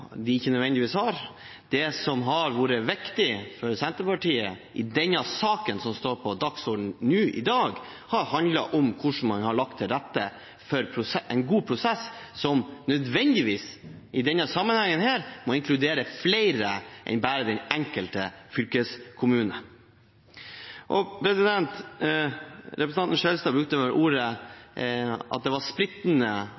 de ikke nødvendigvis har. Det som har vært viktig for Senterpartiet i den saken som står på dagordenen nå i dag, har handlet om hvordan man har lagt til rette for en god prosess, som i denne sammenhengen nødvendigvis må inkludere flere enn bare den enkelte fylkeskommune. Representanten Skjelstad